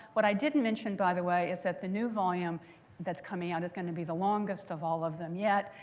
what i didn't mention, by the way, is that the new volume that's coming out is going to be the longest of all of them yet.